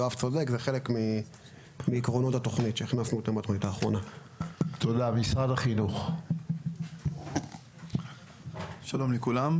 יואב הכט, אגף התקציבים, משרד האוצר, שלום נעים